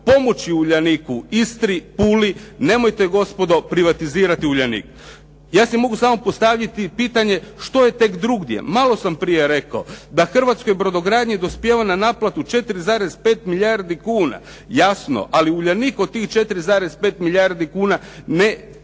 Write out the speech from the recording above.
pomoći "Uljaniku", Istri, Puli, nemojte gospodo privatizirati "Uljanik". Ja si mogu samo postaviti pitanje, što je tek drugdje? Malo prije sam rekao da hrvatskoj brodogradnji dospijeva na naplatu 4,5 milijardi kuna. Jasno, ali "Uljanik" od tih 4,5 milijardi kuna ili